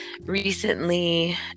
recently